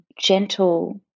gentle